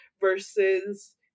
versus